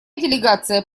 делегация